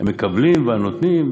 את המקבלים והנותנים,